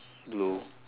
blue